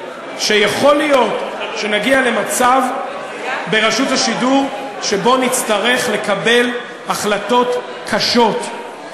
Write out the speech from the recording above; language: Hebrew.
שיכול להיות שנגיע למצב ברשות השידור שבו נצטרך לקבל החלטות קשות,